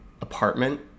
apartment